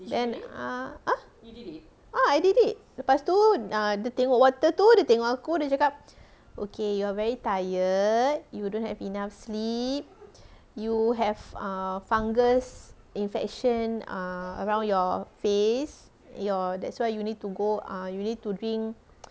then ah ah ah I did it lepas tu dia tengok water tu dia tengok aku dia cakap okay you are very tired you don't have enough sleep you have err fungus infection err around your face your that's why you need to go err you need to drink